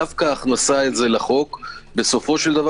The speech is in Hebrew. דווקא ההכנסה את זה לחוק בסופו של דבר